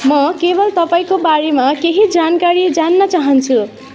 म केवल तपाईँको बारेमा केही जानकारी जान्न चाहन्छु